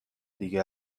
دیگه